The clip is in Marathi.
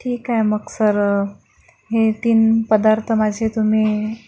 ठीक आहे मग सर हे तीन पदार्थ माझे तुम्ही